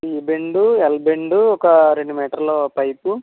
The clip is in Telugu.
టీ బెండు ఎల్ బెండు ఒక రెండు మీటర్లు పైపు